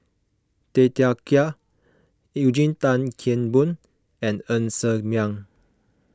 Tay Teow Kiat Eugene Tan Kheng Boon and Ng Ser Miang